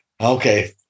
Okay